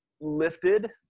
lifted